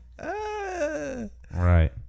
Right